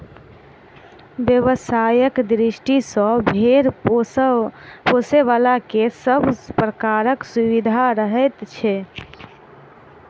व्यवसायिक दृष्टि सॅ भेंड़ पोसयबला के सभ प्रकारक सुविधा रहैत छै